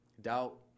Doubt